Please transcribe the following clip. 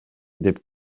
деп